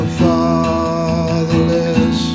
fatherless